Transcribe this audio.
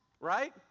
Right